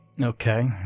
okay